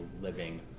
living